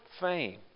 fame